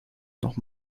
noch